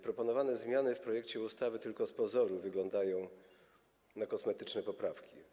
Proponowane zmiany w projekcie ustawy tylko z pozoru wyglądają na kosmetyczne poprawki.